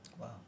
Wow